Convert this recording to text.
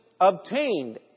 obtained